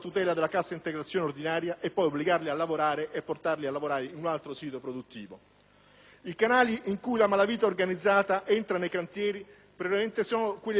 i quali la malavita organizzata entra nei cantieri sono prevalentemente quelli del subappalto, della fornitura, della fornitura con posa in opera, dei servizi nei cantieri e dei noli.